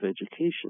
education